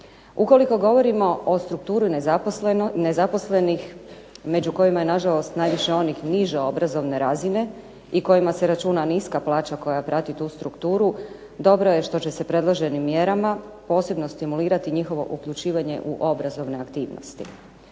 Ukoliko govorimo o strukturi nezaposlenih, među kojima je na žalost najviše onih niže obrazovne razine i kojima se računa niska plaća koja prati tu strukturu, dobro je što će se predloženim mjerama posebno stimulirati njihovo uključivanje u obrazovne aktivnosti.